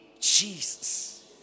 Jesus